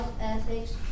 ethics